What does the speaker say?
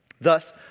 Thus